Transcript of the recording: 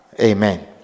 Amen